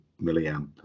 milliamp